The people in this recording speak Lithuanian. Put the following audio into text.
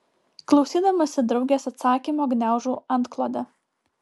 klausydamasi draugės atsakymo gniaužau antklodę